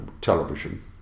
television